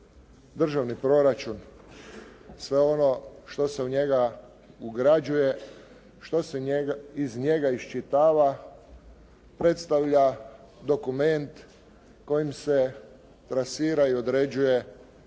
državni proračun, sve ono što se u njega ugrađuje, što se iz njega iščitava predstavlja dokument kojim se trasira i određuje